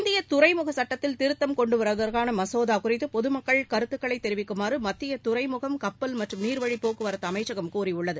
இந்திய துறைமுக சட்டத்தில் திருத்தம் கொண்டு வருவதற்கான மசோதா குறித்து பொதுமக்கள்கருத்துக்களை தெரிவிக்குமாறு மத்திய துறைமுகம் கப்பல் மற்றும் நீர்வழிப் போக்குவரத்து அமைச்சகம் கூறியுள்ளது